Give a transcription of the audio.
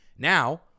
Now